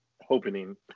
hoping